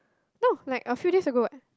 no like a few days ago what